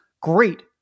great